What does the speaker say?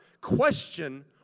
question